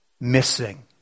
missing